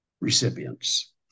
recipients